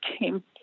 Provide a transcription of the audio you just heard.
came